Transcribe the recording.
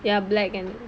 ya black and